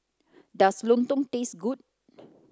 does Lontong taste good